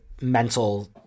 mental